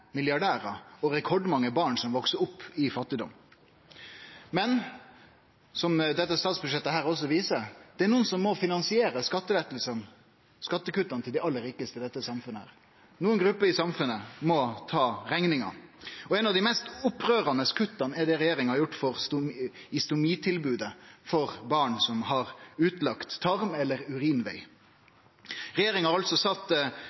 milliardærar og rekordmange barn som veks opp i fattigdom. Men, som dette statsbudsjettet også viser, er det nokon som må finansiere skattelettene og skattekutta til dei aller rikaste i dette samfunnet. Nokre grupper i samfunnet må ta rekninga, og eitt av dei mest opprørande kutta er det regjeringa har gjort i stomitilbodet for barn som har utlagt tarm eller